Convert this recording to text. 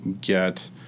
get